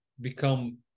become